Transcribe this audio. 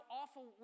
awful